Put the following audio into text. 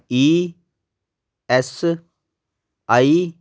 E S I